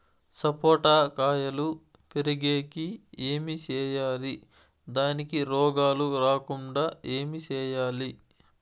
సపోట కాయలు పెరిగేకి ఏమి సేయాలి దానికి రోగాలు రాకుండా ఏమి సేయాలి?